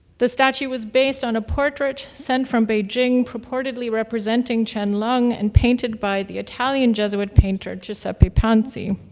the statue was based on a portrait sent from beijing, purportedly representing qianlong and painted by the italian jesuit painter, giuseppe panzi.